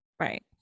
Right